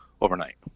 overnight